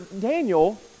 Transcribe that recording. Daniel